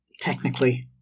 technically